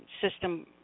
system